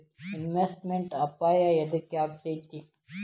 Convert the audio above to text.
Investment ಅಪಾಯಾ ಯದಕ ಅಕ್ಕೇತಿ?